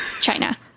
China